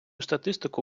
статистику